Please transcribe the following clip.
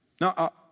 Now